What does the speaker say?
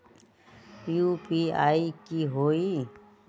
UPI की होई?